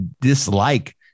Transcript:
dislike